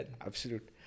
Absolute